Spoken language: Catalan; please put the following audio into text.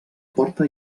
porta